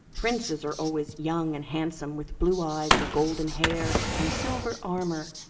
princes are always young and handsome, with blue eyes and golden hair, and silver armour,